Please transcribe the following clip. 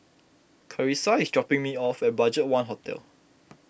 Karissa is dropping me off at Budgetone Hotel